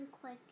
quick